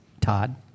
Todd